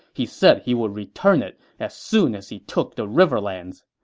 he said he would return it as soon as he took the riverlands.